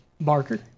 Barker